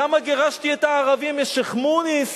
למה גירשתי את הערבים משיח'-מוניס,